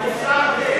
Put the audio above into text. מתנ"סים,